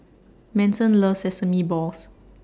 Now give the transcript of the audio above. Manson loves Sesame Balls